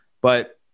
but-